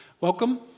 Welcome